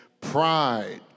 Pride